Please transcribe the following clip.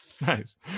Nice